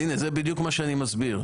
זה בדיוק מה שאני מסביר.